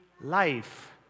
life